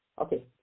Okay